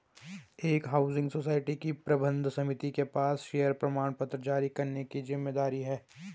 एक housing society की प्रबंध समिति के पास शेयर प्रमाणपत्र जारी करने की जिम्मेदारी है